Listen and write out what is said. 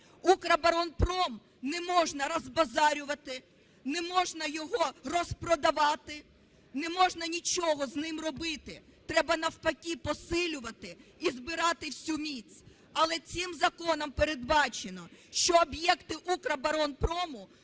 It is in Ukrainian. Укроборонпром не можна розбазарювати, не можна його розпродавати, не можна нічого з ним робити. Треба, навпаки, посилювати і збирати всю міць. Але цим законом передбачено, що об'єкти Укроборонпрому